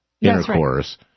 intercourse